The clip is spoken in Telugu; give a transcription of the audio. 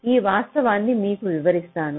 ఈ వాస్తవాన్ని మీకు వివరిస్తాను